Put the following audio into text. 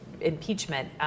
impeachment